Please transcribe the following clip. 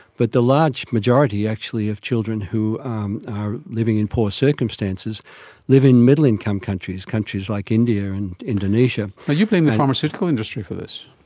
but the large majority actually of children who are living in poor circumstances live in middle income countries, countries like india and indonesia. you blame the pharmaceutical industry for this.